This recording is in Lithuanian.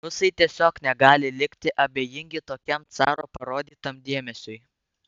rusai tiesiog negali likti abejingi tokiam caro parodytam dėmesiui